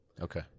Okay